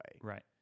Right